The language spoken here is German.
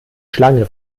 schlange